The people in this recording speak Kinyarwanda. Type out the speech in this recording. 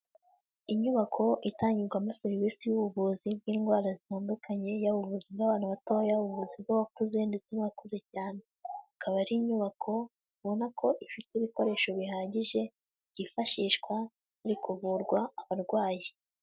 Inyubako itangirwamo serivisi y'ubuvuzi bw'indwara zitandukanye, yaba ubw'abantu batoya, ubuvuzi bw'abakuze ndetse n'abakuze cyane, ikaba ari inyubako ubona ko ifite ibikoresho bihagije byifashishwa buri kuvurwa abarwayi.